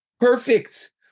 perfect